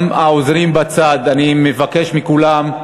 גם העוזרים בצד, אני מבקש מכולם.